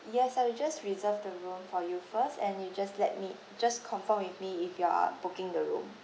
yes I will just reserve the room for you first and you just let me just confirm with me if you are booking the room